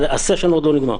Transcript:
והסשן עוד לא נגמר.